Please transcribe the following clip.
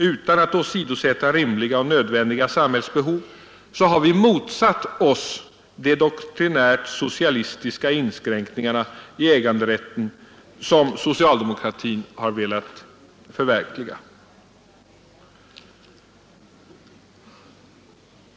Utan att åsidosätta rimliga och ofrånkomliga samhällsbehov har vi motsatt oss de doktrinärt socialistiska inskränkningar i äganderätten som socialdemokratin har velat förverkliga.